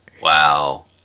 Wow